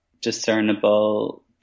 discernible